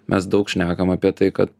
mes daug šnekam apie tai kad